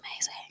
amazing